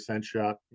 shot